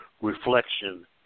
reflection